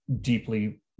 deeply